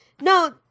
no